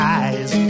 eyes